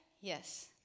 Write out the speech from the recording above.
Yes